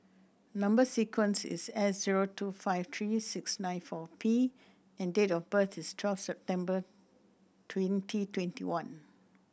number sequence is S zero two five three six nine four P and date of birth is twelve September twenty twenty one